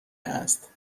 است